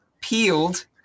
peeled